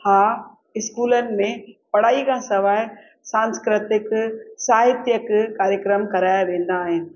मां स्कूलनि में पढ़ाई खां सवाइ सांस्कृतिक साहित्यक कार्यक्रम कराया वेंदा आहिनि